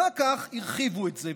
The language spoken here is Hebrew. אחר כך הרחיבו את זה.